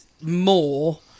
more